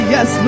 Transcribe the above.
Yes